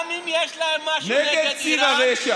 גם אם יש להם משהו נגד איראן,